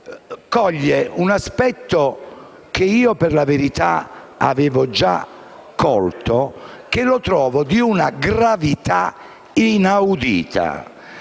coglie un aspetto che, per la verità, avevo già colto e che trovo di una gravità inaudita: